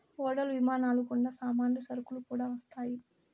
ఓడలు విమానాలు గుండా సామాన్లు సరుకులు కూడా వస్తాయి